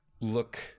look